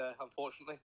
unfortunately